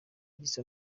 gisa